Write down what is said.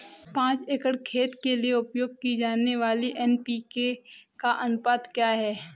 पाँच एकड़ खेत के लिए उपयोग की जाने वाली एन.पी.के का अनुपात क्या है?